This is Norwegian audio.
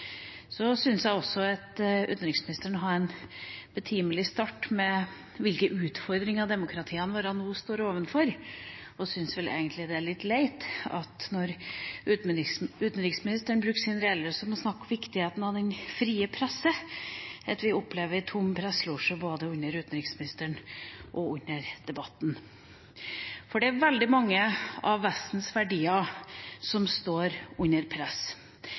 syns også at utenriksministeren hadde en betimelig start med å snakke om hvilke utfordringer demokratiene våre nå står overfor. Jeg syns egentlig det er litt leit når utenriksministeren i sin redegjørelse snakket om viktigheten av den frie presse, at vi opplever en tom presselosje både under utenriksministerens redegjørelse og under debatten. For det er veldig mange av Vestens verdier som står under press.